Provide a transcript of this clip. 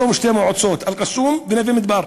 היום שתי מועצות: אל-קסום ונווה-מדבר.